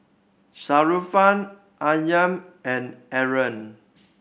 Sharifah Aryan and Aaron